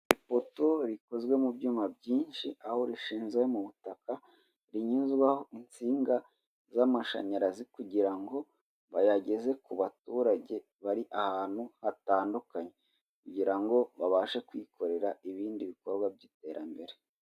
Ipoto rikozwe mu byuma byinshi, aho rishinzwe mu butaka, rinyuzwaho insinga z'amashanyarazi kugira ngo bayageze ku baturage bari ahantu hatandukanye kugira ngo babashe kwikorera ibindi bikorwa by'iterambere.